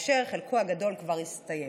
וחלקו הגדול כבר הסתיים.